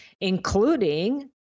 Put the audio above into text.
including